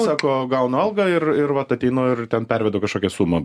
sako gaunu algą ir ir vat ateinu ir ten pervedu kažkokią sumą